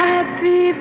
Happy